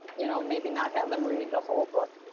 you know, maybe not have them read the whole book.